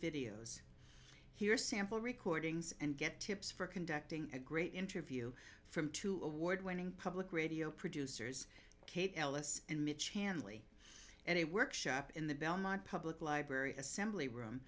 videos hear sample recordings and get tips for conducting a great interview from two award winning public radio producers kate ellis and mitch handley at a workshop in the belmont public library assembly room